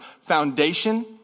foundation